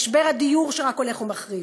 משבר הדיור שרק הולך ומחריף,